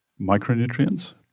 micronutrients